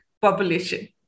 population